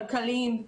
כלכליים,